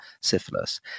syphilis